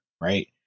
right